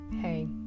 hey